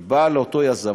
היא באה לאותו יזם,